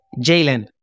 Jalen